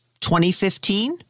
2015